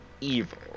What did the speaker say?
evil